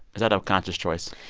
is that a conscious choice?